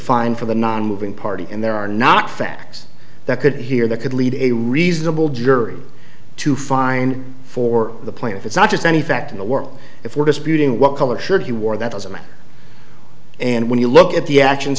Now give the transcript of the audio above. find for the nonmoving party and there are not facts that could hear that could lead a reasonable jury to find for the plaintiff it's not just any fact in the world if we're disputing what color should he wore that doesn't matter and when you look at the actions